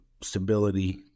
stability